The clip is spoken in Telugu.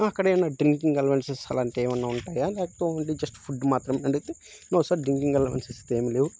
అక్కడేయన్నా డ్రింకింగ్ అలవెన్సెస్ అలాంటివి ఏమన్నా ఉంటాయా లేకపోతే ఓన్లీ జస్ట్ ఫుడ్ మాత్రమేనా అడిగితే నో సార్ డ్రింకింగ్ అలవెన్సెస్ ఏమి లేవు